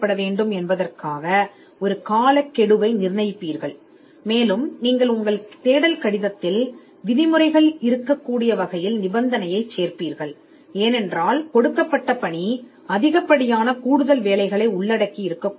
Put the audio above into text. எனவே தேடல் ஒரு காலக்கெடுவிற்குள் செய்யப்படுகிறது மேலும் விதிமுறைகள் நெகிழ்வானதாக இருக்கும் வகையில் கூடுதல் கூடுதல் வேலைகளை உள்ளடக்கியிருந்தால் உங்கள் தேடல் கடிதத்திலும் நீங்கள் நிபந்தனை விதிக்கிறீர்கள்